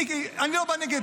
מיקי, אני לא בא נגד.